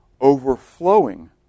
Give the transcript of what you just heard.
overflowing